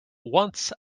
once